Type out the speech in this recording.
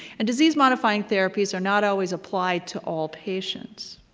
and disease-modifying therapies are not always applied to all patients.